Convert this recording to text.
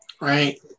Right